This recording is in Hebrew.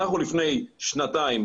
לפני שנתיים,